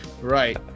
right